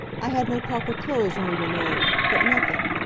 i had no proper clothes when we were married but nothing!